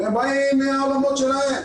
והם באים מהעולמות שלהם.